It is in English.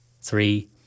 Three